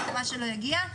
אני מקווה שלא יגיע,